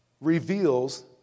reveals